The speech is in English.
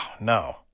no